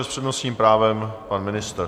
S přednostním právem pan ministr.